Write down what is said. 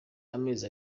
amezi